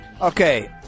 Okay